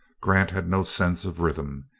grant had no sense of rhythm.